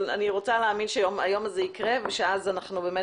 אבל אני רוצה להאמין שהיום הזה יקרה ושאז אנחנו באמת